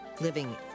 Living